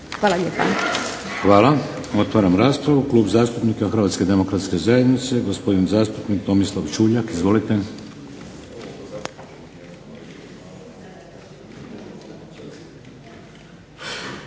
Hvala. Otvaram raspravu. Klub zastupnika Hrvatske demokratske zajednice gospodin zastupnik Tomislav Čuljak. Izvolite.